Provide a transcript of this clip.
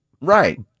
Right